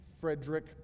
Frederick